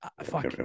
Fuck